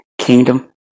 kingdom